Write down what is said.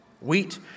Wheat